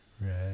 Right